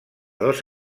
dos